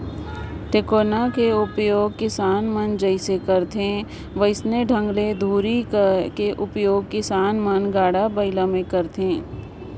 टेकोना कर परियोग किसान मन जइसे करथे वइसने ढंग ले धूरी कर परियोग किसान मन गाड़ा बइला मे करथे